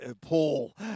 Paul